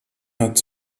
hat